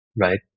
right